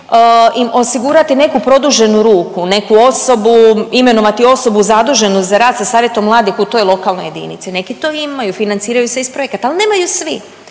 im osigurati neku produženu ruku, neku osobu, imenovati osobu zaduženu za rad sa Savjetom mladih u toj lokalnoj jedinici. Neki to imaju, financiraju se iz projekata, ali nemaju svi.